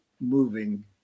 moving